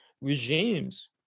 regimes